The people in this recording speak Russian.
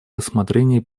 рассмотрение